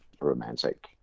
romantic